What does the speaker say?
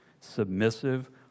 submissive